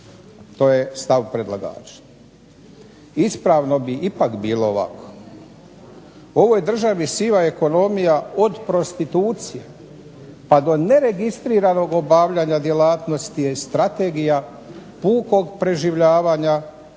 To je stav predlagača. Ispravno bi ipak bilo ovako: u ovoj državi siva ekonomija od prostitucije pa do neregistriranog obavljanja djelatnosti je strategija pukog preživljavanja